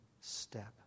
step